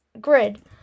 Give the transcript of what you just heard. grid